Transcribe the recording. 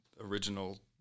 original